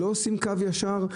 לא עושים קו ישר?